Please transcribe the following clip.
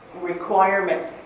requirement